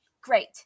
Great